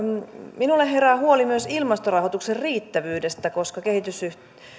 minulla herää huoli myös ilmastorahoituksen riittävyydestä koska